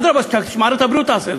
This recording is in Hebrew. אדרבה, שמערכת הבריאות תעשה זאת.